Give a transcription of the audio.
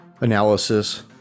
analysis